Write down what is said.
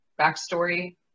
backstory